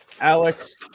Alex